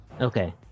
Okay